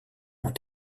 ont